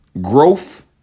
growth